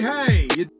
Hey